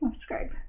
Subscribe